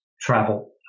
travel